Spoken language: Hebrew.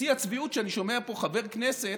שיא הצביעות, שאני שומע פה חבר כנסת,